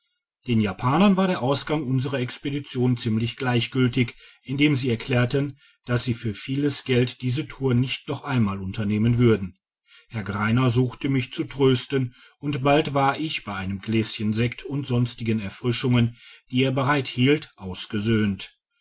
den japanern war der ausgang unserer expedition ziemlich gleichgültig indem sie erklärten dass sie für vieles geld diese tour nicht noch einmal unternehmen würden herr greiner suchte mich zu trösten und bald war ich bei einem gläschen sekt und sonstigen erfrischungen die er bereit hielt ausgesöhnt